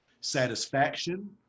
satisfaction